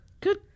good